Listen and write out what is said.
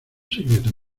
secreto